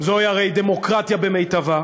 זוהי הרי דמוקרטיה במיטבה.